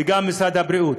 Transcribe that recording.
וגם של משרד הבריאות.